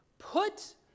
put